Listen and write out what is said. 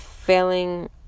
Failing